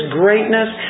greatness